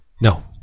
No